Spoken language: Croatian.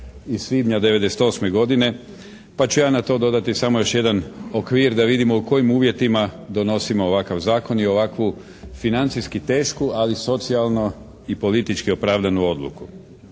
iz svibnja 1998. godine pa ću ja na to dodati samo još jedan okvir da vidimo u kojim uvjetima donosimo ovakav zakon i ovakvu financijski tešku ali socijalno i politički opravdanu odluku.